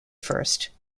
first